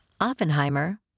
Oppenheimer